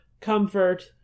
comfort